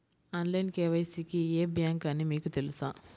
Online KYC కి ఏ bank అని మీకు తెలుసా?